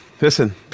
listen